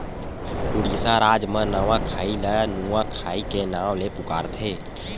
उड़ीसा राज म नवाखाई ल नुआखाई के नाव ले पुकारथे